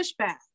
pushback